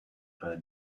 per